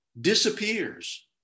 disappears